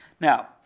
now